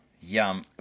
Yum